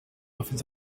afite